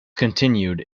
continued